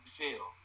feel